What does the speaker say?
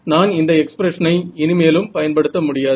நான் இந்த எக்ஸ்பிரஷனை இனிமேலும் பயன்படுத்த முடியாது